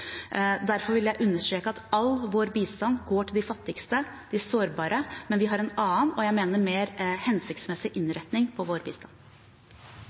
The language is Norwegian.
Derfor vil jeg understreke at all vår bistand går til de fattigste, de sårbare, men vi har en annen og – mener jeg– mer hensiktsmessig innretning på vår bistand.